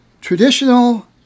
traditional